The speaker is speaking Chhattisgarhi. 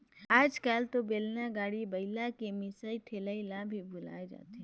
आयज कायल तो बेलन, गाड़ी, बइला के मिसई ठेलई ल भी भूलाये जाथे